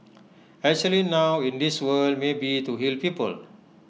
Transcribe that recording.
actually now in this world maybe to heal people